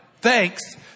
Thanks